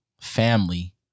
family